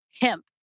Hemp